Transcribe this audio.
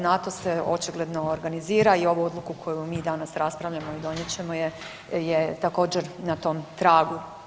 NATO se očigledno organizira i ovu odluku koju mi danas raspravljamo i donijet ćemo je je također na tom tragu.